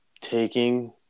taking